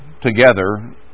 together